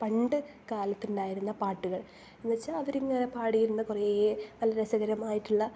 പണ്ട് കാലത്തുണ്ടായിരുന്ന പാട്ടുകൾ എന്ന് വച്ചാൽ അവരിങ്ങനെ പാടിയിരുന്നു കുറേ നല്ല രസകരമായിട്ടുള്ള